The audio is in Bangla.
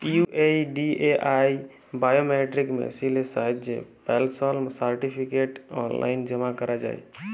ইউ.এই.ডি.এ.আই বায়োমেট্রিক মেসিলের সাহায্যে পেলশল সার্টিফিকেট অললাইল জমা ক্যরা যায়